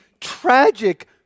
tragic